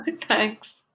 thanks